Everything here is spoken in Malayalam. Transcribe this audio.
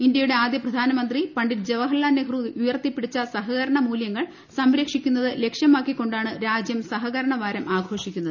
ഇന്ത്യയുടെ ആദ്യ പ്രധാനമന്ത്രി പണ്ഡിറ്റ് ജവഹർലാൽ നെഹ്റു ഉയർത്തിപ്പിടിച്ച സഹകരണ മൂല്യങ്ങൾ സംരക്ഷിക്കുന്നത് ലക്ഷ്യമാക്കിക്കൊണ്ടാണ് രാജ്യം സഹകരണ വാരം ആഘോഷിക്കുന്നത്